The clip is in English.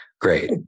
Great